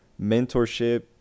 mentorship